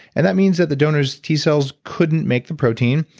and that means that the donor's t cells couldn't make the protein,